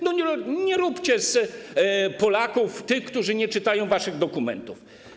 Nie róbcie z Polaków tych, którzy nie czytają waszych dokumentów.